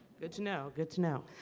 good to know good to know